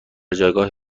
جایگاه